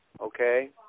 okay